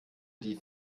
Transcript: die